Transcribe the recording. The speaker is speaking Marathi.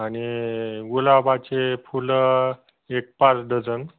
आणि गुलाबाचे फुलं एक पाच डझन